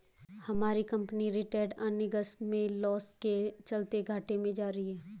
हमारी company retained earnings में loss के चलते घाटे में जा रही है